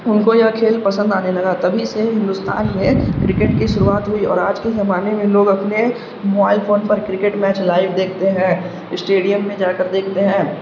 ان کو یہ کھیل پسند آنے لگا تبھی سے ہندوستان میں کرکٹ کی شروعات ہوئی اور آج کے زمانے میں لوگ اپنے موبائل فون پر کرکٹ میچ لائو دیکھتے ہیں اسٹیڈیم میں جا کر دیکھتے ہیں